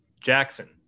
Jackson